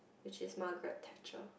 which is Margaret-Thatcher